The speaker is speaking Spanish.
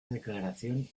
declaración